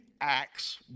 Acts